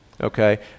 Okay